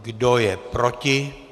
Kdo je proti?